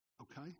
Okay